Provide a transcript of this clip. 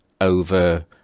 over